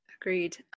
Agreed